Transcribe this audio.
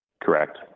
Correct